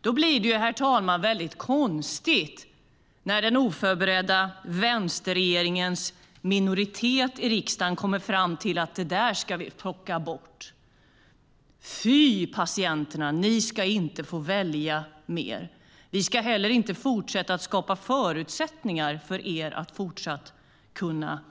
Då blir det, herr talman, konstigt när den oförberedda vänsterregeringens minoritet i riksdagen kommer fram till att detta ska plockas bort: Fy patienterna! Ni ska inte få välja mer. Vi ska inte fortsätta att skapa förutsättningar för er att